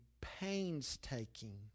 painstaking